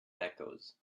tacos